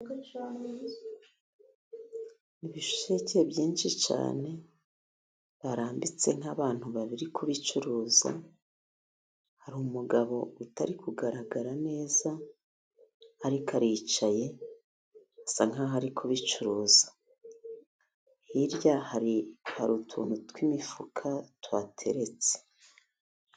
Ibisheke byinshi cyane barambitse nk'abantu bari kubicuruza, hari umugabo utari kugaragara neza, ariko aricaye, asa nkaho ari kubicuruza. Hirya hari utuntu tw'imifuka tuhateretse.